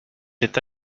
être